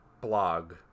blog